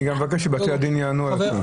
אני --- אני גם מבקש שבתי הדין יענו על זה.